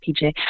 PJ